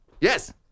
Yes